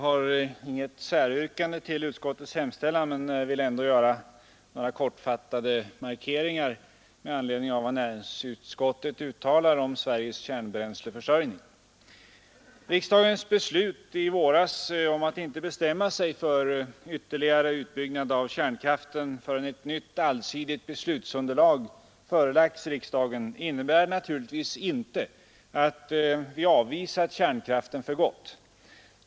Fru talman! Jag har inget särskilt yrkande men vill ändå göra några kortfattade markeringar med anledning av vad näringsutskottet uttalar om Sveriges kärnbränsleförsörjning. Riksdagens beslut i våras att inte bestämma sig för ytterligare utbyggnad av kärnkraften förrän nytt, allsidigt beslutsunderlag förelagts riksdagen innebär naturligtvis inte att vi avvisar kärnkraften för gott.